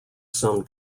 some